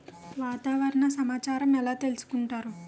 వాతావరణ సమాచారాన్ని ఎలా తెలుసుకుంటారు?